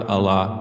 Allah